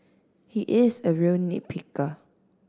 he is a real nit picker